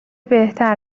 بهتر